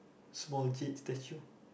small jade statue